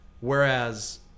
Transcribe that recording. Whereas